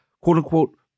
quote-unquote